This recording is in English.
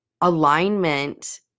alignment